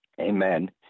Amen